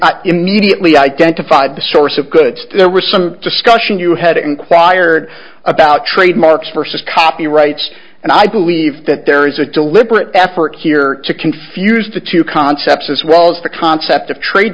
it immediately identified the source of goods there was some discussion you had inquired about trademarks versus copyrights and i believe that there is a deliberate effort here to confuse the two concepts as well as the concept of trade